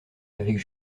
avec